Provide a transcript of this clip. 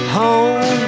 home